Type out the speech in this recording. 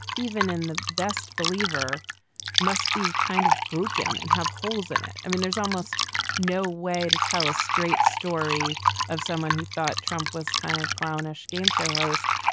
even in the best believer must be kind of broken and have holes in it. i mean, there's almost no way to tell a straight story of someone who thought trump was kind of clownish game show host,